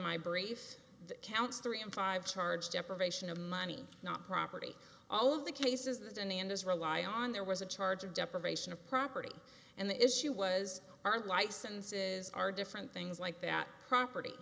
my brief counts three and five charge deprivation of money not property all of the cases that in the end as rely on there was a charge of deprivation of property and the issue was are licenses are different things like that property